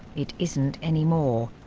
it isn't anymore.